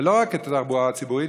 ולא רק את התחבורה הציבורית.